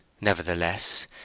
nevertheless